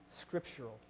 scriptural